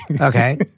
Okay